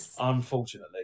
Unfortunately